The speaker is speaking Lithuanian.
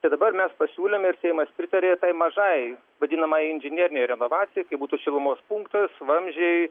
tai dabar mes pasiūlėm ir seimas pritarė tai mažajai vadinamajai inžinerinei renovacijai kai būtų šilumos punktas vamzdžiai